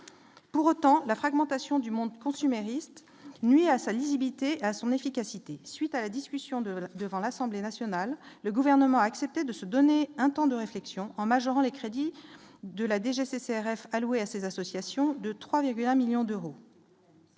Pour autant, la fragmentation du monde consumériste qui nuit à sa visibilité à son efficacité, suite à la discussion de devant l'Assemblée nationale, le gouvernement a accepté de se donner un temps de réflexion en majorant les crédits de la DGCCRF alloués à ces associations de 3,1 millions d'euros.